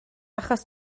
achos